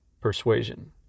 persuasion